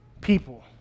people